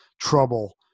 trouble